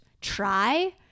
try